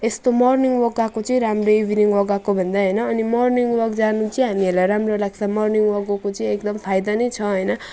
यस्तो morning walk गएको चाहिँ राम्रो इभिनिङ वक गएकोभन्दा होइन अनि मर्निङ वक जानु चाहिँ हामीहरूलाई राम्रो लाग्छ मर्निङ वक गएको चाहिँ एकदम फाइदा नै छ होइन